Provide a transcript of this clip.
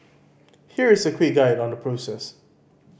here is a quick guide on the process